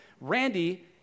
Randy